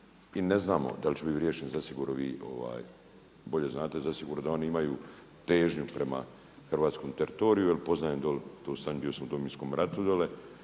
i ne znamo da li će biti riješen. Zasigurno vi bolje znate, zasigurno oni imaju težnju prema hrvatskom teritoriju, jer poznajem dolje, tj. bio sam u Domovinskom ratu dole,